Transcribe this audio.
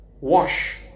wash